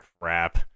crap